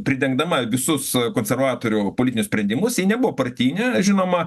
pridengdama visus konservatorių politinius sprendimus ji nebuvo partinė žinoma